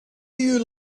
you